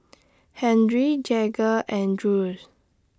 Henry Jagger and Jules